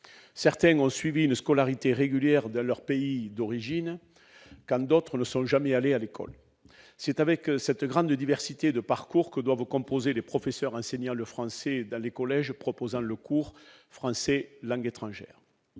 Certains ont suivi une scolarité régulière dans leur pays d'origine, quand d'autres ne sont jamais allés à l'école. C'est avec cette grande diversité de parcours que doivent composer les professeurs enseignant le français dans les collèges proposant le français comme langue étrangère.